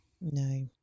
No